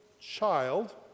child